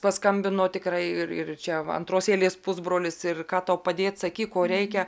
paskambino tikrai ir ir čia va antros eilės pusbrolis ir ką tau padėti sakyk ko reikia